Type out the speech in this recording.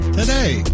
today